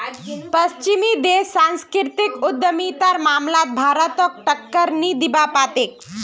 पश्चिमी देश सांस्कृतिक उद्यमितार मामलात भारतक टक्कर नी दीबा पा तेक